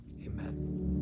Amen